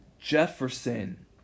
Jefferson